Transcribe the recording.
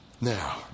Now